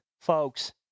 folks